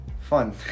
fun